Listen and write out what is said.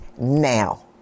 now